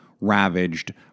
ravaged